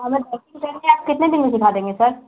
हमे बैटिंग करने आप कितने दिन में सीखा देंगे सर